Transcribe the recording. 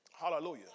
Hallelujah